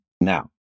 Now